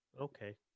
okay